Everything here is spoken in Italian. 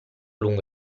lungo